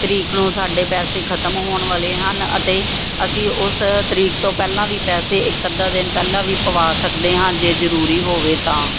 ਤਰੀਕ ਨੂੰ ਸਾਡੇ ਪੈਸੇ ਖ਼ਤਮ ਹੋਣ ਵਾਲੇ ਹਨ ਅਤੇ ਅਸੀਂ ਉਸ ਤਰੀਕ ਤੋਂ ਪਹਿਲਾਂ ਵੀ ਪੈਸੇ ਇੱਕ ਅੱਧਾ ਦਿਨ ਪਹਿਲਾਂ ਵੀ ਪਵਾ ਸਕਦੇ ਹਾਂ ਜੇ ਜ਼ਰੂਰੀ ਹੋਵੇ ਤਾਂ